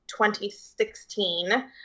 2016